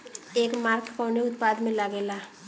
एगमार्क कवने उत्पाद मैं लगेला?